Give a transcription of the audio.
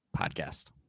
Podcast